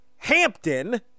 Hampton